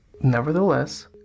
Nevertheless